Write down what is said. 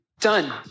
Done